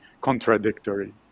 contradictory